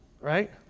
right